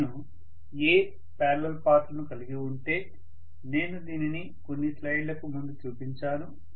నేను a parallel path లను కలిగి ఉంటే నేను దీనిని కొన్ని స్లైడ్లకు ముందు చూపించాను